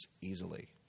easily